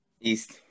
east